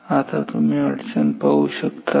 आता तुम्ही अडचण पाहू शकता का